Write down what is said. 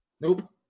Nope